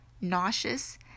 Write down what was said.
nauseous